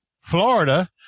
Florida